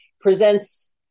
presents